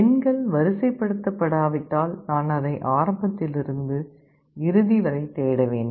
எண்கள் வரிசைப்படுத்தப்படாவிட்டால் நான் அதை ஆரம்பத்தில் இருந்து இறுதி வரை தேட வேண்டும்